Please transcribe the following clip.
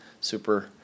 super